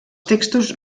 textos